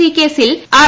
C കേസിൽ R